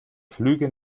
flüge